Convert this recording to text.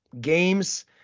games